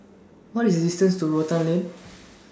What IS The distance to Rotan Lane